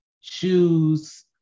shoes